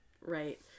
right